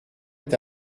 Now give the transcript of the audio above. est